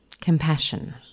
Compassion